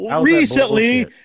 recently